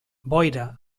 boira